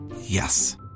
Yes